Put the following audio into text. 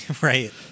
right